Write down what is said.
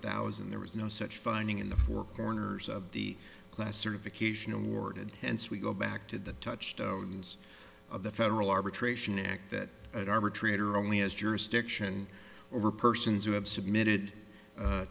thousand there was no such finding in the four corners of the class certification awarded hence we go back to the touched of the federal arbitration act that at arbitrator only has jurisdiction over persons who have submitted